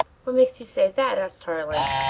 what makes you say that? asked tarling.